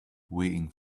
waiting